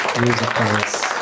Musicals